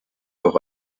auch